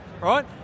right